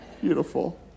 Beautiful